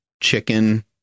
chicken